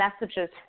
messages